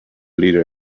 leader